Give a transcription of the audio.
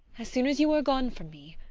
as soon as you are gone from me,